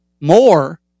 More